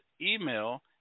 email